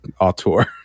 auteur